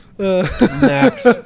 Max